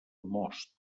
most